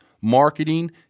marketing